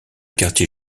quartier